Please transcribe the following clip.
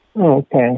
Okay